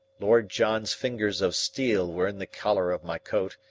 lord john's fingers of steel were in the collar of my coat,